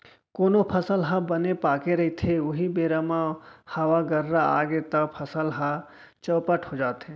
कोनो फसल ह बने पाके रहिथे उहीं बेरा म हवा गर्रा आगे तव फसल ह चउपट हो जाथे